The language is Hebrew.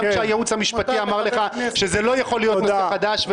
גם כשהייעוץ המשפטי אמר לך שזה לא יכול להיות נושא חדש,